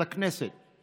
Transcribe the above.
הכנסת